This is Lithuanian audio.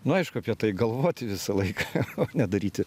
na aišku apie tai galvoti visą laiką o ne daryti